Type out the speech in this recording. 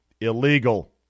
illegal